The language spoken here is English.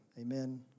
Amen